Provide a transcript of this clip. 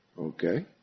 Okay